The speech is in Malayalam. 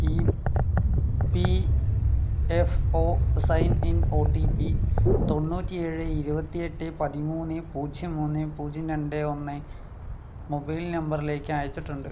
E P F O sign in O T P തൊണ്ണൂറ്റിയേഴ് ഇരുപത്തിയെട്ട് പതിമൂന്ന് പൂജ്യം മൂന്ന് പൂജ്യം രണ്ട് ഒന്ന് മൊബൈൽ നമ്പറിലേക്ക് അയച്ചിട്ടുണ്ട്